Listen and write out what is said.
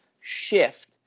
shift